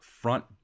front